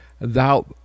thou